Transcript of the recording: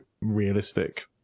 realistic